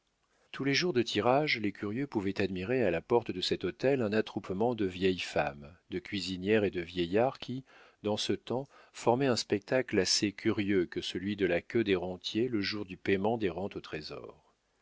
tous les jours de tirage les curieux pouvaient admirer à la porte de cet hôtel un attroupement de vieilles femmes de cuisinières et de vieillards qui dans ce temps formait un spectacle aussi curieux que celui de la queue des rentiers le jour du payement des rentes au trésor